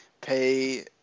pay